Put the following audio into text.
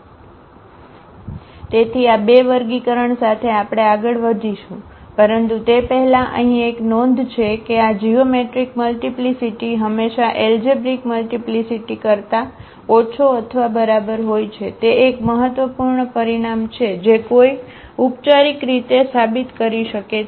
તેથી આ બે વર્ગીકરણ સાથે આપણે આગળ વધીશું પરંતુ તે પહેલાં અહીં એક નોંધ છે કે આ જીઓમેટ્રિક મલ્ટીપ્લીસીટી હંમેશા એલજેબ્રિક મલ્ટીપ્લીસીટી કરતા ઓછો અથવા બરાબર હોય છે તે એક મહત્વપૂર્ણ પરિણામ છે જે કોઈ ઉપચારિક રીતે સાબિત કરી શકે છે